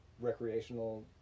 recreational